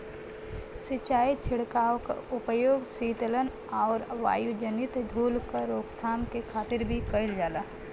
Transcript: सिंचाई छिड़काव क उपयोग सीतलन आउर वायुजनित धूल क रोकथाम के खातिर भी कइल जाला